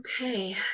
Okay